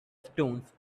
stones